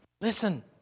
listen